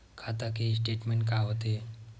खाता के स्टेटमेंट का होथे?